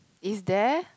is there